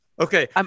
Okay